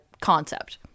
concept